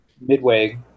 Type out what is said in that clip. Midway